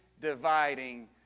dividing